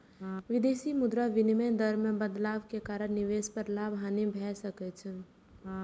विदेशी मुद्रा विनिमय दर मे बदलाव के कारण निवेश पर लाभ, हानि भए सकै छै